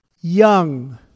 young